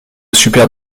super